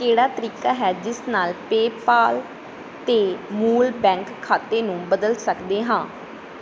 ਕਿਹੜਾ ਤਰੀਕਾ ਹੈ ਜਿਸ ਨਾਲ ਪੇਪਾਲ 'ਤੇ ਮੂਲ ਬੈਂਕ ਖਾਤੇ ਨੂੰ ਬਦਲ ਸਕਦੇ ਹਾਂ